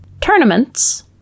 tournaments